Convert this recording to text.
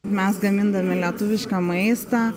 mes gamindami lietuvišką maistą